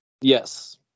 Yes